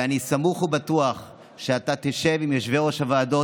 ואני סמוך ובטוח שאתה תשב עם יושבי-ראש הוועדות